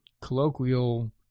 colloquial